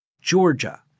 Georgia